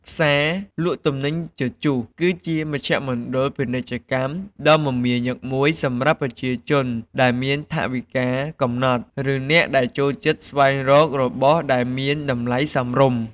ផ្សារលក់ទំនិញជជុះ គឺជាមជ្ឈមណ្ឌលពាណិជ្ជកម្មដ៏មមាញឹកមួយសម្រាប់ប្រជាជនដែលមានថវិកាកំណត់ ឬអ្នកដែលចូលចិត្តស្វែងរករបស់ដែលមានតម្លៃសមរម្យ។